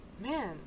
Man